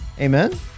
Amen